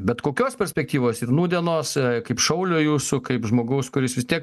bet kokios perspektyvos ir nūdienos kaip šaulio jūsų kaip žmogaus kuris vis tiek